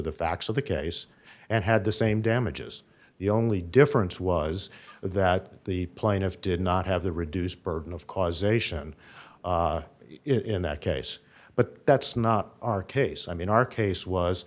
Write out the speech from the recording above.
the facts of the case and had the same damages the only difference was that the plaintiff did not have the reduced burden of causation in that case but that's not our case i mean our case was